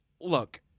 Look